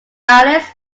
alice